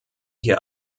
hier